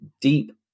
deep